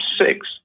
six